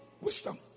wisdom